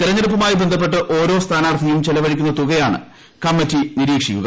തിരഞ്ഞെടുപ്പുമായി ബന്ധപ്പെട്ട് ഓരോ സ്ഥാനാർത്ഥിയും ചെലവഴിക്കുന്ന തുകയാണ് കമ്മറ്റി നിരീക്ഷിക്കുക